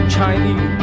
Chinese